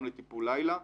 גם לטיפול לילה.